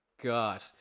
god